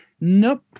nope